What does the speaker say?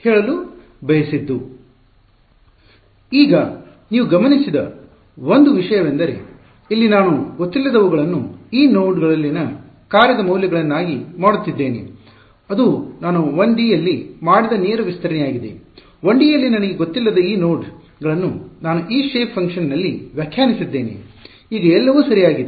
ಈಗ ನೀವು ಗಮನಿಸಿದ ಒಂದು ವಿಷಯವೆಂದರೆ ಇಲ್ಲಿ ನಾನು ಗೊತ್ತಿಲ್ಲದವುಗಳನ್ನು ಈ ನೋಡ್ ಗಳಲ್ಲಿನ ಕಾರ್ಯದ ಮೌಲ್ಯಗಳನ್ನಾಗಿ ಮಾಡುತ್ತಿದ್ದೇನೆ ಅದು ನಾನು 1ಡಿ ಯಲ್ಲಿ ಮಾಡಿದ ನೇರ ವಿಸ್ತರಣೆಯಾಗಿದೆ 1ಡಿ ಯಲ್ಲಿ ನನಗೆ ಗೊತ್ತಿಲ್ಲದ ಈ ನೋಡ್ ಗಳನ್ನು ನಾನು ಈ ಶೇಪ್ ಫಂಕ್ಶನ್ ನಲ್ಲಿ ವ್ಯಾಖ್ಯಾನಿಸಿದ್ದೇನೆ ಈಗ ಎಲ್ಲವೂ ಸರಿಯಾಗಿದೆ